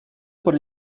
por